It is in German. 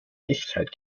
echtheit